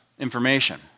Information